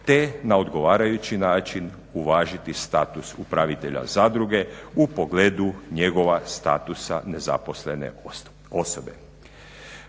te na odgovarajući način uvažiti status upravitelja zadruge u pogledu njegova statusa nezaposlene osobe.